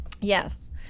Yes